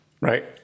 Right